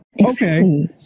Okay